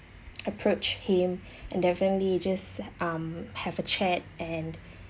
approach him and definitely just um have a chat and